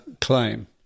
claim